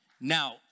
Now